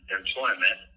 employment